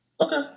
Okay